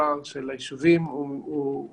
המספר של היישובים הוא גבוה,